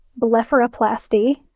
blepharoplasty